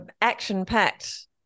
action-packed